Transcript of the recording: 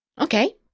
Okay